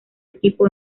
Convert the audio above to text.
equipo